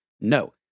No